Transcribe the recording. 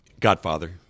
Godfather